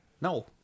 No